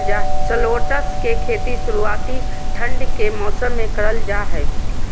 shallots के खेती शुरुआती ठंड के मौसम मे करल जा हय